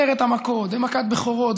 עשרת המכות ומכת בכורות,